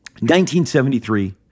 1973